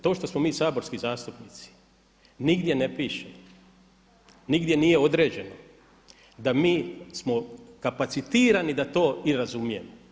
To što smo mi saborski zastupnici nigdje ne piše, nigdje nije određeno da mi smo kapacitirani da to i razumijemo.